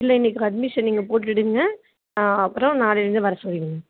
இல்லை இன்னைக்கு அட்மிஷன் இங்கே போட்டுடுங்க ஆ அப்புறோ நாளையில இருந்து வர சொல்லிருங்க